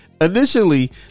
Initially